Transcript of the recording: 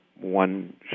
One